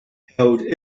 held